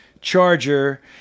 charger